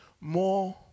More